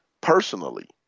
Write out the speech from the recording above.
personally